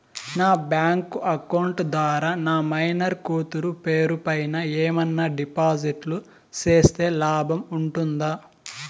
నా bank account ద్వారా నా మైనర్ కూతురు పేరు పైన ఏమన్నా డిపాజిట్లు సేస్తే లాభం ఉంటుందా?